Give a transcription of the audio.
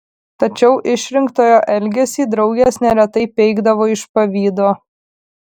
tačiau išrinktojo elgesį draugės neretai peikdavo iš pavydo